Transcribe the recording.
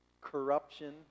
corruption